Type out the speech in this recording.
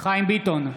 חיים ביטון,